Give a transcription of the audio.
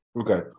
Okay